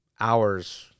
hours